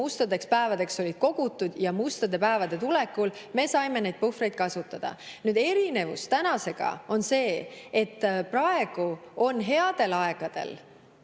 mustadeks päevadeks olid kogutud, ja mustade päevade tulekul me saime neid puhvreid kasutada. Erinevus tänasega on see, et praeguseks on reservid